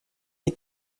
est